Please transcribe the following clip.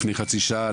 לפני חצי שעה,